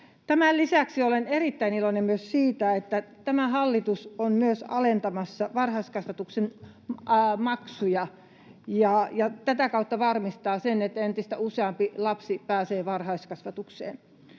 Tämän lisäksi olen erittäin iloinen myös siitä, että tämä hallitus on myös alentamassa varhaiskasvatuksen maksuja ja tätä kautta varmistaa sen, että entistä useampi lapsi pääsee varhaiskasvatukseen.